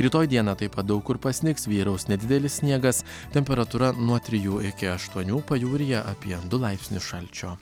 rytoj dieną taip pat daug kur pasnigs vyraus nedidelis sniegas temperatūra nuo trijų iki aštuonių pajūryje apie du laipsnius šalčio